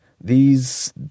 These